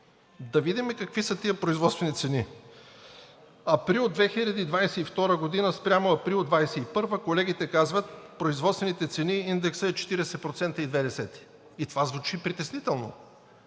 Да видим какви са тези производствени цени. Април 2022 г. спрямо април 2021 г. колегите казват – производствените цени, индексът е 40,2%, и това звучи притеснително.